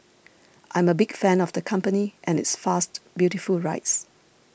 I am a big fan of the company and its fast beautiful rides